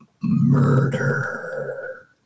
murder